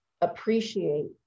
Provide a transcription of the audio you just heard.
appreciate